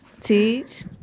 Teach